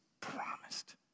promised